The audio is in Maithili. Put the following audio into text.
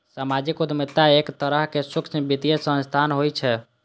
सामाजिक उद्यमिता एक तरहक सूक्ष्म वित्तीय संस्थान होइ छै